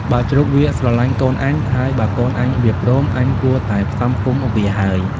បើជ្រូកវាស្រឡាញ់កូនអញ ហើយបើកូនអញវាព្រម អញគួរតែផ្សំផ្គុំវាហើយ។